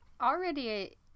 already